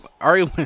Ari